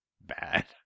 bad